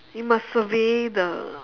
you must survey the